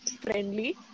friendly